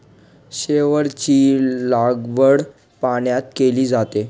शेवाळाची लागवड पाण्यात केली जाते